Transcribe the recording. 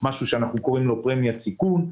משהו שאנחנו קוראים לו "פרמיית סיכון".